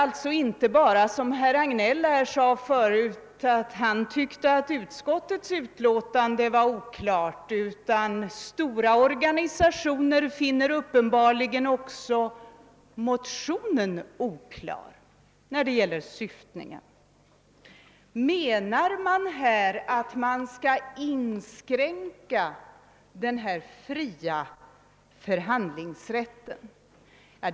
Herr Hagnell sade förut att han tyckte utskottets utlåtande var oklart, men uppenbarligen finner stora organisationer också motionens syftning oklar. Menar man att den fria förhandlingsrätten skall inskränkas?